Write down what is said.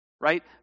right